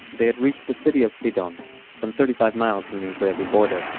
they had reached the city of sidon, some thirty-five miles from the israeli border